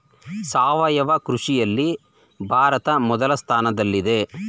ಸಾವಯವ ಕೃಷಿಯಲ್ಲಿ ಭಾರತ ಮೊದಲ ಸ್ಥಾನದಲ್ಲಿದೆ